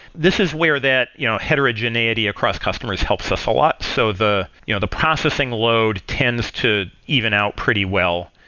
this is where that you know heterogeneity across customers helps us a lot. so the you know the processing load tends to even out pretty well,